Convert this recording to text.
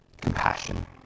compassion